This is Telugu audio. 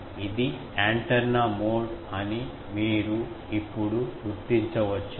కాబట్టి ఇది యాంటెన్నా మోడ్ అని మీరు ఇప్పుడు గుర్తించవచ్చు